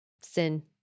sin